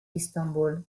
istanbul